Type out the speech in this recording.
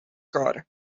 car